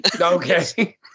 okay